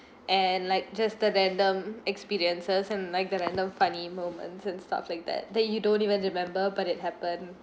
and like just the random experiences and like the random funny moments and stuff like that that you don't even remember but it happened